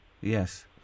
Yes